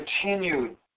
continued